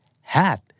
Hat